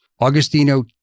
Augustino